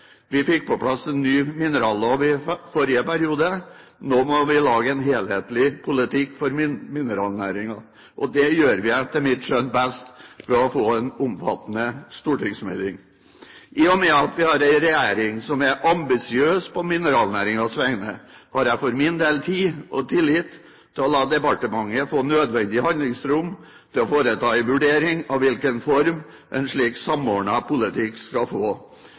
Vi fikk på plass en ny minerallov i forrige periode. Nå må vi lage en helhetlig politikk for mineralnæringen, og det gjør vi etter mitt skjønn best ved å få en omfattende stortingsmelding. I og med at vi har en regjering som er ambisiøs på mineralnæringens vegne, har jeg for min del tid – og tillit – til å la departementet få nødvendig handlingsrom til å foreta en vurdering av hvilken form en slik samordnet politikk skal få.